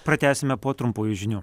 pratęsime po trumpųjų žinių